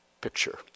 picture